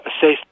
safe